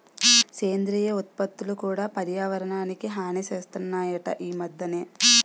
సేంద్రియ ఉత్పత్తులు కూడా పర్యావరణానికి హాని సేస్తనాయట ఈ మద్దెన